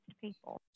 people